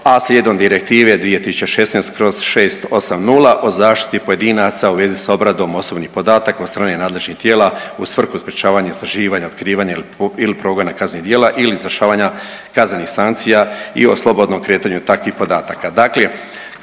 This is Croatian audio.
a slijedom Direktive 2016/680 o zaštiti pojedinaca u vezi s obradom osobnih podataka od strane nadležnih tijela u svrhu sprječavanja, istraživanja, otkrivanja ili progona kaznenih djela ili izvršavanja kaznenih sankcija i o slobodnom kretanju takvih podataka.